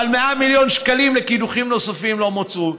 אבל 100 מיליון שקלים לקידוחים נוספים לא מצאו,